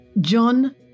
John